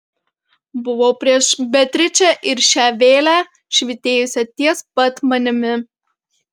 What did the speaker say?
buvau prieš beatričę ir šią vėlę švytėjusią ties pat manimi